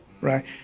right